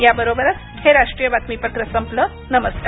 याबरोबरच हे राष्ट्रीय बातमीपत्र संपलं नमस्कार